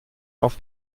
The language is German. auf